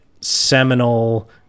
seminal